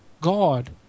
God